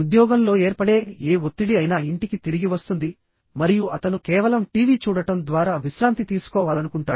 ఉద్యోగంలో ఏర్పడే ఏ ఒత్తిడి అయినా ఇంటికి తిరిగి వస్తుంది మరియు అతను కేవలం టీవీ చూడటం ద్వారా విశ్రాంతి తీసుకోవాలనుకుంటాడు